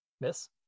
Miss